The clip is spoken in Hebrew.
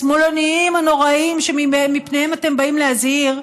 השמאלניים הנוראיים שמפניהם אתם באים להזהיר,